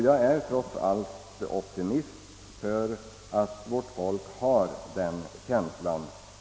Jag är trots allt optimistisk nog att tro att vårt folk har den känslan.